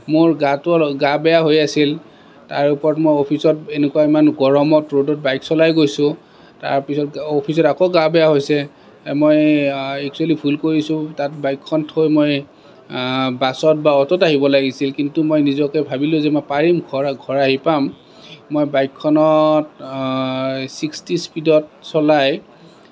মোৰ গাটো অলপ গা বেয়া হৈ আছিল তাৰ ওপৰত মই অফিচত এনেকুৱা ইমান গৰমত ৰ'দত বাইক চলাই গৈছোঁ তাৰ পিছত অফিচত আকৌ গা বেয়া হৈছে মই এক্সোৱেলি ভুল কৰিছোঁ তাত বাইকখন থৈ মই বাছত বা অ'টত আহিব লাগিছিল কিন্তু মই নিজকে ভাবিলোঁ যে মই পাৰিম ঘৰ ঘৰ আহি পাম মই বাইকখনত ছিক্সটি স্পিডত চলাই